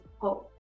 hope